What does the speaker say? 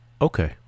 Okay